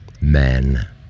men